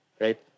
right